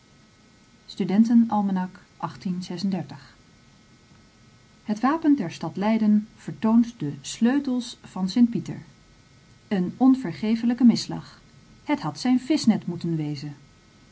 studenten-almanak het wapen der stad leiden vertoont de sleutels van st pieter een onvergefelijke misslag het had zijn vischnet moeten wezen